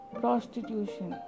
prostitution